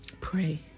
Pray